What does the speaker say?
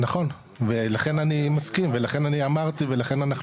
נכון ולכן אני מסכים ולכן אני אמרתי ולכן אנחנו